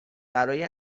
برای